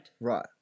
Right